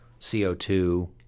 CO2